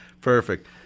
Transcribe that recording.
Perfect